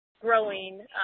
growing